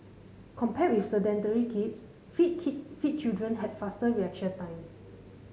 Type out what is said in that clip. compared with sedentary kids fit keep fit children had faster reaction times